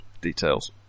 Details